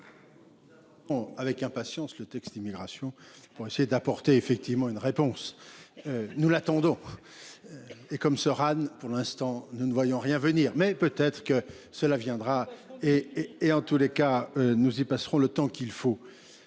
Avec impatience le texte immigration pour essayer d'apporter effectivement une réponse. Nous l'attendons. Et comme soeur Anne, pour l'instant, nous ne voyons rien venir, mais peut-être que cela viendra et, et en tous les cas nous ils passeront le temps qu'il faut